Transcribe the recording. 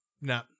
No